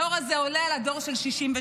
הדור הזה עולה על הדור של 67'